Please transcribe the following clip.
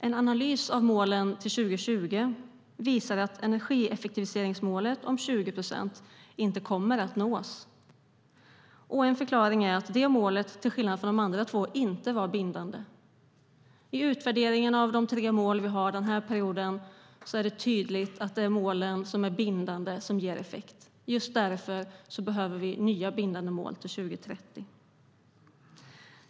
En analys av målen till 2020 visar att energieffektiviseringsmålet om 20 procent inte kommer att nås, och en förklaring är att det målet till skillnad från de andra två inte var bindande. I utvärderingen av de tre mål vi har under den här perioden är det tydligt att det är målen som är bindande som ger effekt. Just därför behöver vi nya bindande mål till 2030.